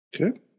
Okay